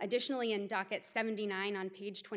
additionally and docket seventy nine on page twenty